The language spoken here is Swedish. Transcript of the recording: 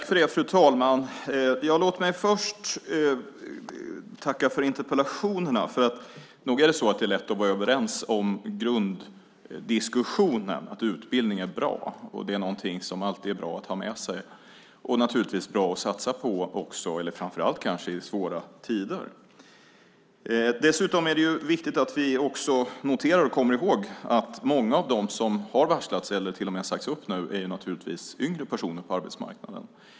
Fru talman! Låt mig först tacka för interpellationerna. Nog är det lätt att vara överens om grunddiskussionen, att utbildning är bra. Det är någonting som alltid är bra att ha med sig och bra att satsa på framför allt i svåra tider. Dessutom är det viktigt att vi kommer ihåg att många av dem som har varslats eller till och med sagts upp nu är yngre personer på arbetsmarknaden.